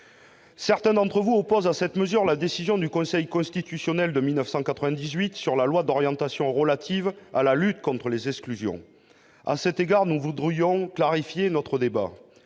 Certains d'entre vous opposent à cette mesure la décision du Conseil constitutionnel de 1998 sur la loi d'orientation relative à la lutte contre les exclusions. Nous voudrions clarifier le débat